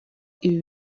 ibi